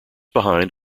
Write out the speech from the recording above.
behind